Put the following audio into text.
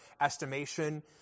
estimation